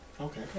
Okay